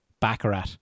baccarat